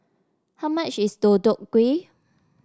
how much is Deodeok Gui